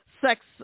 sex